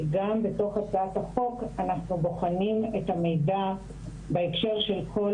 גם בהצעת החוק אנחנו בוחנים את המידע בהקשר של כל